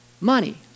money